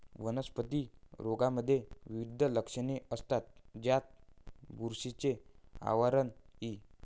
वनस्पती रोगांमध्ये विविध लक्षणे असतात, ज्यात बुरशीचे आवरण इ